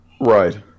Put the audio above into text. Right